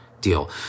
deal